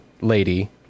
Lady